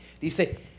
Dice